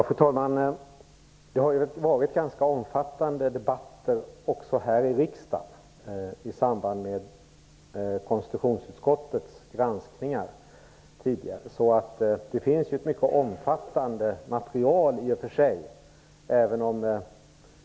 Fru talman! Det har varit ganska omfattande debatter också här i riksdagen i samband med konstitutionsutskottets granskningar tidigare, så det finns i och för sig ett mycket omfattande material.